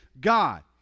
God